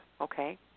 okay